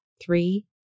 three